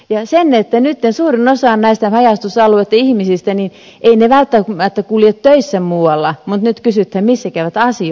nyt suurin osa näistä haja asutusalueiden ihmisistä ei välttämättä kulje töissä muualla mutta nyt kysytään missä he käyvät asioimassa